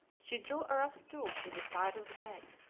she drew a rough stool to the side of the bed,